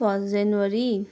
first January